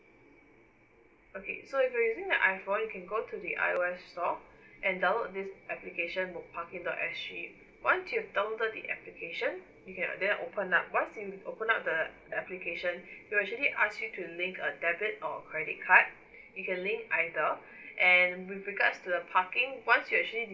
okay so if you're using the iphone you can go to the I O_S store and download this application parking dot S G once you've downloaded the application you can uh then open up once you've open up the application it'll actually ask you to link a debit or credit card you can link either and with regards to the parking once you actually